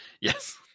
Yes